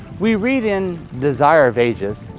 we read in desire of ages,